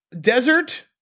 desert